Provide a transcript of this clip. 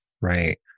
Right